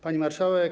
Pani Marszałek!